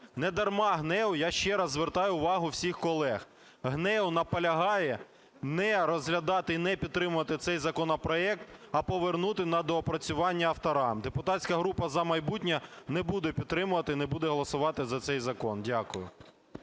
Не дарма ГНЕУ, я ще раз звертаю увагу всіх колег, ГНЕУ наполягає не розглядати і не підтримувати цей законопроект, а повернути на доопрацювання авторам. Депутатська група "За майбутнє" не буде підтримувати, не буде голосувати за цей закон. Дякую.